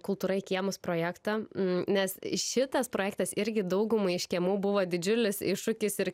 kultūra į kiemus projektą m nes šitas projektas irgi daugumai iš kiemų buvo didžiulis iššūkis ir